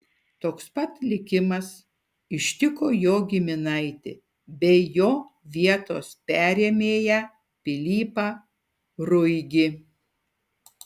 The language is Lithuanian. toks pat likimas ištiko jo giminaitį bei jo vietos perėmėją pilypą ruigį